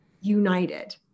united